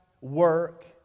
work